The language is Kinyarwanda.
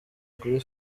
kuri